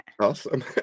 Awesome